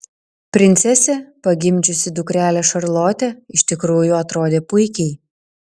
princesė pagimdžiusi dukrelę šarlotę iš tikrųjų atrodė puikiai